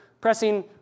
pressing